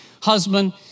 husband